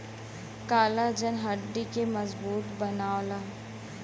collagen हड्डी के मजबूत बनावला